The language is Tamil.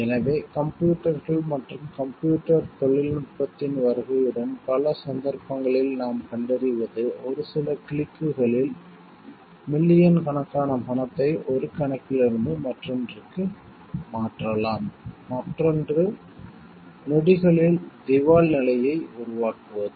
எனவே கம்ப்யூட்டர்கள் மற்றும் கம்ப்யூட்டர் தொழில்நுட்பத்தின் வருகையுடன் பல சந்தர்ப்பங்களில் நாம் கண்டறிவது ஒரு சில கிளிக்குகளில் மில்லியன் கணக்கான பணத்தை ஒரு கணக்கிலிருந்து மற்றொன்றுக்கு மாற்றலாம் மற்றொன்று நொடிகளில் திவால் நிலையை உருவாக்குகிறது